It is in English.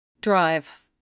Drive